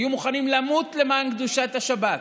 היו מוכנים למות למען קדושת השבת,